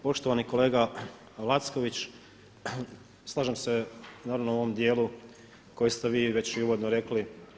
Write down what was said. Poštovani kolega Lacković, slažem se naravno u ovom djelu koji ste vi već i uvodno rekli.